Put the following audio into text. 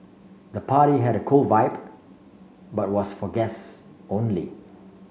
the party had a cool vibe but was for guests only